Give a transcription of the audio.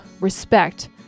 respect